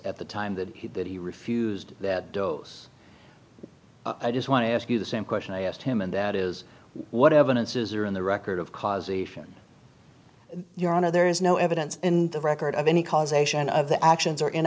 at the time that he refused that dose i just want to ask you the same question i asked him and that is what evidence is there in the record of causation your honor there is no evidence in the record of any causation of the actions or in